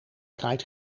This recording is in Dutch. kraait